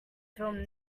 filmed